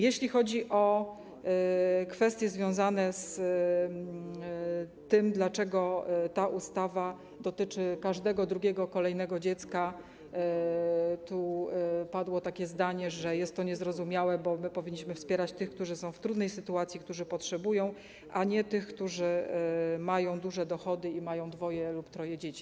Jeśli chodzi o kwestie związane z tym, dlaczego ta ustawa dotyczy każdego drugiego, kolejnego dziecka, to padło tu takie zdanie, że jest to niezrozumiałe, bo powinniśmy wspierać tych, którzy są w trudnej sytuacji, którzy potrzebują, a nie tych, którzy mają duże dochody i mają dwoje lub troje dzieci.